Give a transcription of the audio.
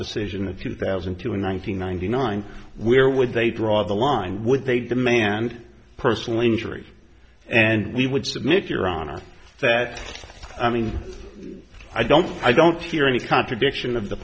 decision a few thousand to one thousand nine hundred ninety nine where would they draw the line would they demand personal injury and we would submit your honor that i mean i don't i don't hear any contradiction of the